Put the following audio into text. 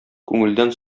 күңелдән